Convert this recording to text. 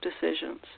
decisions